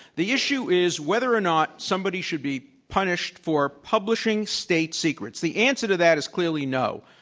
the issue is whether or not somebody should be punished for publishing state secrets. the answer to that is clearly no,